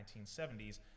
1970s